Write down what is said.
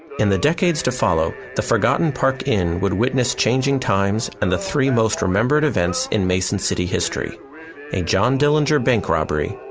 in the decades to follow, the forgotten park inn would witness changing times and the three most remembered events in mason city history a john dillinger bank robbery,